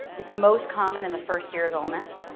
it's most common in the first year of illness.